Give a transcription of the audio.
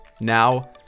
Now